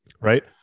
right